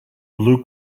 blue